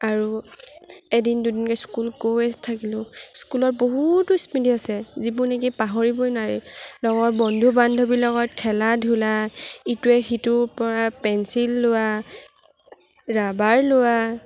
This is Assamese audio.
আৰু এদিন দুদিনকৈ স্কুল গৈয়ে থাকিলোঁ স্কুলৰ বহুতো স্মৃতি আছে যিবোৰ নেকি পাহৰিবই নোৱাৰি লগৰ বন্ধু বান্ধৱীৰ লগত খেলা ধূলা ইটোৱে সিটোৰ পৰা পেঞ্চিল লোৱা ৰাবাৰ লোৱা